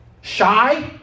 Shy